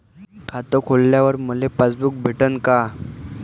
खातं खोलल्यावर मले पासबुक भेटन का?